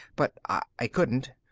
but i couldn't.